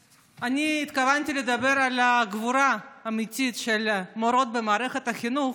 התכוונתי לדבר על הגבורה האמיתית של מורות במערכת החינוך.